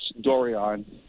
Dorian